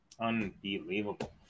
unbelievable